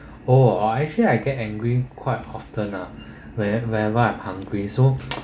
oh I actually I get angry quite often lah when whenever I'm hungry so